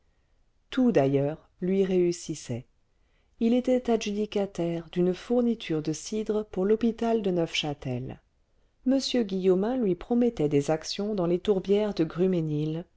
tout d'ailleurs lui réussissait il était adjudicataire d'une fourniture de cidre pour l'hôpital de neufchâtel m guillaumin lui promettait des actions dans les tourbières de